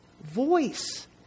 voice